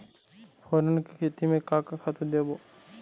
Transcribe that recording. फोरन के खेती म का का खातू देबो?